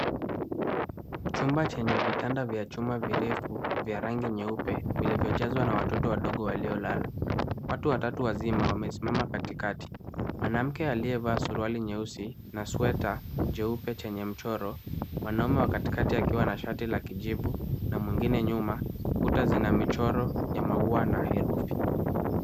Chumba chenye vitanda vya chuma virefu vya rangi nyeupe vilivyojazwa na watoto wadogo waliolala. Watu watatu wazima wamesimama katikati. Mwanamke aliyevaa suruali nyeusi na sweta jeupe chenye mchoro, mwanamume wa katikati akiwa na shati la kijivu na mwingine nyuma. Kuta zina michoro ya maua na herufi.